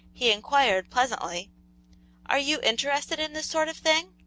he inquired, pleasantly are you interested in this sort of thing?